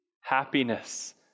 happiness